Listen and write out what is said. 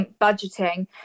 budgeting